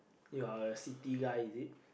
you are a city guy is it